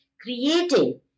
creating